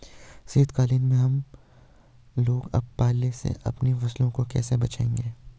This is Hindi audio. शीतकालीन में हम लोग पाले से अपनी फसलों को कैसे बचाएं?